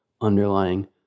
underlying